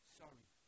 sorry